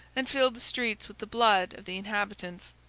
and filled the streets with the blood of the inhabitants.